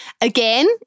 Again